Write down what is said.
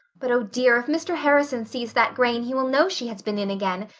but oh dear, if mr. harrison sees that grain he will know she has been in again,